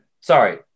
sorry